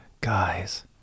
guys